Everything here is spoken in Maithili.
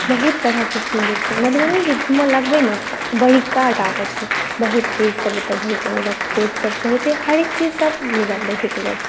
बहुत तरहके चीज छै मधुबनी जे घूमय लगबै न ओ बड़काटा के छै बहुत चीजसभ ओतय देखयके भेटत कोर्ट सभ सेहो छै हरेक चीज सभ मिलत देखयके लेल